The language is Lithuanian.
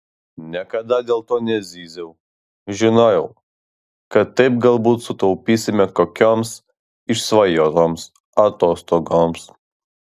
niekada dėl to nezyziau žinojau kad taip galbūt sutaupysime kokioms išsvajotoms atostogoms